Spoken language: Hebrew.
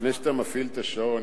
לפני שאתה מפעיל את השעון,